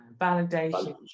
Validation